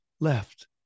left